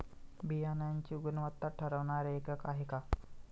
बियाणांची गुणवत्ता ठरवणारे एकक आहे का?